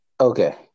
Okay